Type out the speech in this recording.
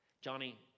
Johnny